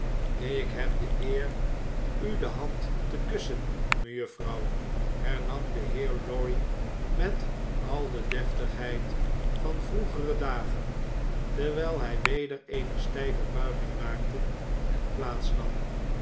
ik heb de eer u de hand te kussen mejuffrouw hernam de heer lorry met al de deftigheid van vroegere dagen terwyl hy weder eene stijve buiging maakte en plaats nam